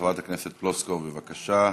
חברת הכנסת פלוסקוב, בבקשה.